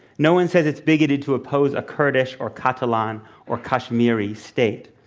no one said it's bigoted to oppose a kurdish or catalan or kashmiri state.